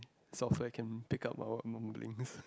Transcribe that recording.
software can pick up our mumblings